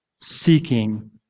seeking